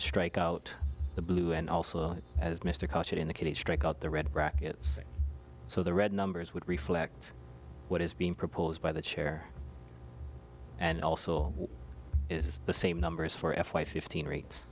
strike out the blue and also as mr koch in the case strike out the red brackets so the red numbers would reflect what is being proposed by the chair and also is the same numbers for f y fifteen r